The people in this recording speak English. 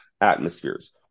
atmospheres